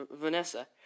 Vanessa